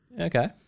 okay